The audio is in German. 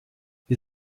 wir